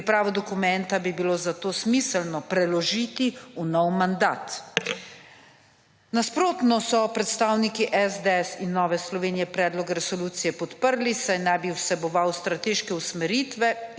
Pripravo dokumenta bi bilo, zato smiselno preložiti v novi mandat. Nasprotno so predstavniki SDS in Nove Slovenije predlog resolucije podprli, saj naj bi vseboval strateške usmeritve